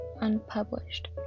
unpublished